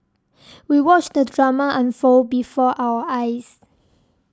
we watched the drama unfold before our eyes